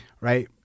Right